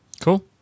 Cool